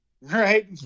Right